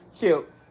Cute